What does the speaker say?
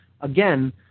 again